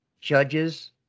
judges